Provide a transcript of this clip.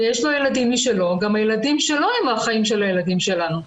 יש לו ילדים משלו וגם הילדים שלו הם האחאים של הילדים שלנו.